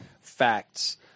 facts